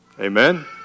Amen